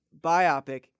biopic